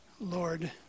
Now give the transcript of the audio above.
Lord